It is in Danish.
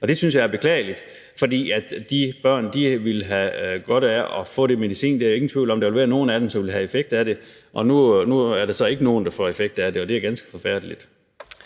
Det synes jeg er beklageligt, for de børn ville have godt af at få den medicin. Der er ingen tvivl om, at der ville være nogle af dem, som ville have effekt af den, men nu er der så ikke nogen, der får effekt af den, og det er ganske forfærdeligt.